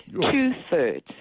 Two-thirds